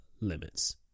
Limits